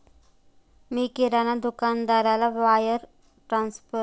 मी किराणा दुकानदाराला वायर ट्रान्स्फरद्वारा शंभर रुपये दिले